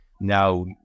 Now